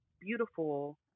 beautiful